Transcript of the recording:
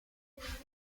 los